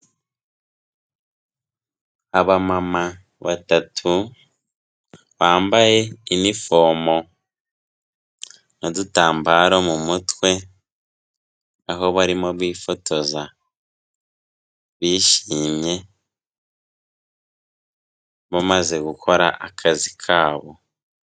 Abamama batatu bambaye inifomo n'udutambaro mu mutwe, aho barimo bifotoza bishimye bamaze gukora akazi kabo.